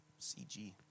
CG